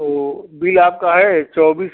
तो बिल आपका है चौबीस